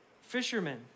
Fishermen